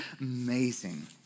amazing